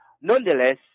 Nonetheless